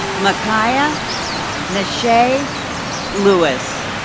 mikaya nasha louis.